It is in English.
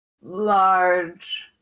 Large